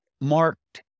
marked